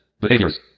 Behaviors